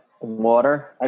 Water